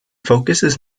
focuses